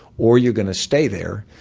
or you're going to stay there,